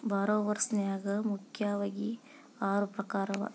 ಭಾರೊವರ್ಸ್ ನ್ಯಾಗ ಮುಖ್ಯಾವಗಿ ಆರು ಪ್ರಕಾರವ